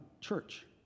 Church